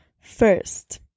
First